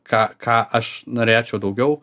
ką ką aš norėčiau daugiau